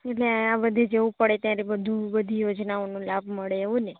એટલે આ બધી જવું પડે ત્યારે બધું બધી યોજનાઓનો લાભ મળે એવું ને